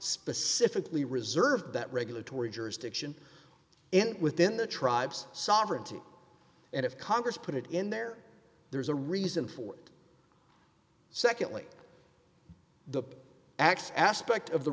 specifically reserved that regulatory jurisdiction and within the tribes sovereignty and if congress put it in there there's a reason for it secondly the x aspect of the